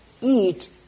eat